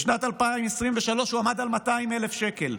בשנת 2023 הוא עמד על 200,000 שקל.